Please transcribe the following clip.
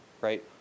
Right